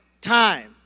time